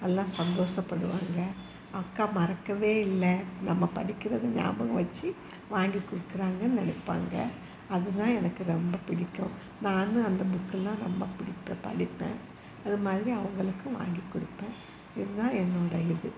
எல்லாம் சந்தோசப்படுவாங்க அக்கா மறக்கவே இல்லை நம்ம படிக்கிறது ஞாபகம் வச்சு வாங்கி கொடுக்குறாங்கன்னு நினைப்பாங்க அது தான் எனக்கு ரொம்ப பிடிக்கும் நானும் அந்த புக்கு எல்லாம் ரொம்ப பிடிப்பேன் படிப்பேன் அது மாதிரி அவங்களுக்கும் வாங்கி கொடுப்பேன் இது தான் என்னோட இது